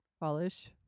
Polish